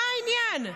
מה העניין?